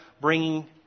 bringing